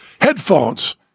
Headphones